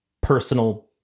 personal